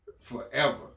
forever